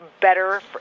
better